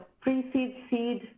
pre-seed-seed